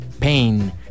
Pain